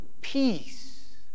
peace